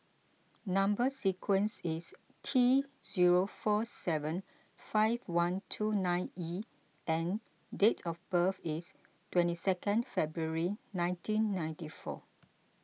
Number Sequence is T zero four seven five one two nine E and date of birth is twenty second February nineteen ninety four